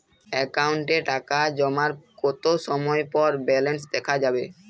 অ্যাকাউন্টে টাকা জমার কতো সময় পর ব্যালেন্স দেখা যাবে?